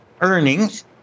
earnings